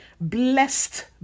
Blessed